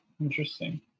Interesting